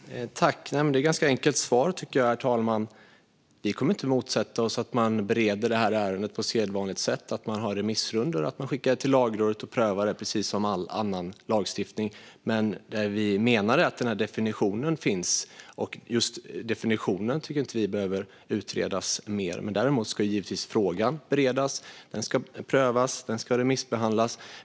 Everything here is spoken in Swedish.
Herr talman! Det är ett ganska enkelt svar: Vi kommer inte att motsätta oss att man bereder ärendet på sedvanligt sätt, har remissrundor, skickar det till Lagrådet och prövar det precis som all annan lagstiftning, men vi menar att definitionen finns. Just denna definition tycker vi inte behöver utredas mer, men däremot ska frågan givetvis beredas, prövas och remissbehandlas.